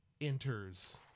enters